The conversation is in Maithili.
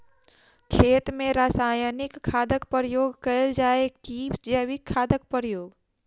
खेत मे रासायनिक खादक प्रयोग कैल जाय की जैविक खादक प्रयोग?